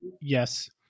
Yes